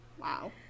Wow